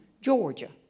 Georgia